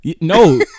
No